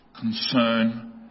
concern